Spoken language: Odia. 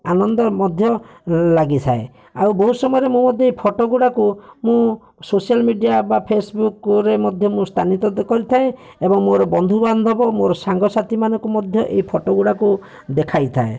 ଆନନ୍ଦ ମଧ୍ୟ ଲାଗିଥାଏ ଆଉ ବହୁତ ସମୟରେ ମୁଁ ମଧ୍ୟ ଫଟୋ ଗୁଡ଼ାକୁ ମୁଁ ସୋସିଆଲ୍ ମିଡ଼ିଆ ବା ଫେସବୁକ୍ରେ ମଧ୍ୟ ମୁଁ କରିଥାଏ ଏବଂ ମୋର ବନ୍ଧୁବାନ୍ଧବ ଓ ମୋର ସାଙ୍ଗସାଥି ମାନଙ୍କୁ ମଧ୍ୟ ଏଇ ଫଟୋ ଗୁଡ଼ାକୁ ଦେଖାଇଥାଏ